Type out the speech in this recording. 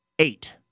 Eight